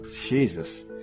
Jesus